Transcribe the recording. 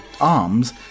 arms